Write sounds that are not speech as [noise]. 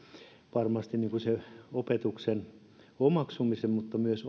varmasti sen opetuksen omaksumisen vaikeudet mutta myös [unintelligible]